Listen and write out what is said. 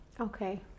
Okay